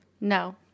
No